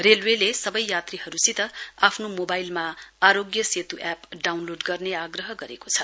रेलवेले सबै यात्रीहरूसित आफ्नो मोबाइलमा आरोग्य सेतु ऐप डाउनलोड गर्ने आग्रह गरेको छ